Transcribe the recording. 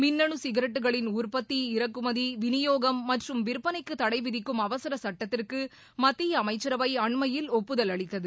மின்னனு சிகரெட்டுகளின் உற்பத்தி இறக்குமதி விநியோகம் மற்றும் விற்பனைக்கு தடை விதிக்கும் அவசர சுட்டத்திற்கு மத்திய அமைச்சரவை அண்மையில் ஒப்புதல் அளித்தது